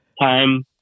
time